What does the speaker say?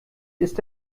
ist